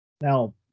Now